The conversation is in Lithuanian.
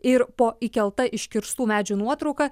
ir po įkelta iškirstų medžių nuotrauka